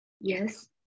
Yes